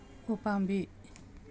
ꯎꯄꯥꯝꯕꯤ